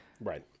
Right